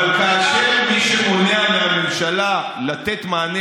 אבל כאשר מי שמונע מהממשלה לתת מענה